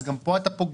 אז גם פה אתה פוגע,